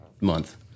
month